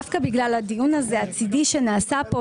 דווקא בגלל הדיון הזה הצידי שנעשה כאן,